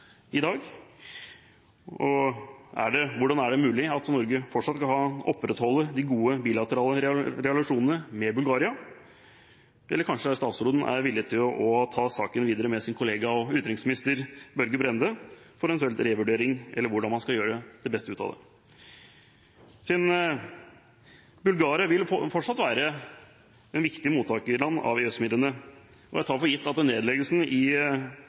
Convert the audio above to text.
i dag. Hvordan er det mulig for Norge fortsatt å opprettholde de gode bilaterale relasjonene med Bulgaria? Eller er statsråden villig til å ta saken videre med sin kollega, utenriksminister Børge Brende, for en eventuell revurdering og for å finne ut hvordan man skal gjøre det beste ut av det? Bulgaria vil fortsatt være et viktig mottakerland av EØS-midler, og jeg tar for gitt at nedleggelsen av ambassaden i